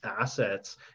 assets